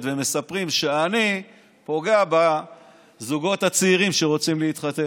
ומספרים שאני פוגע בזוגות הצעירים שרוצים להתחתן.